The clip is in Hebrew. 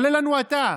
תגלה לנו אתה.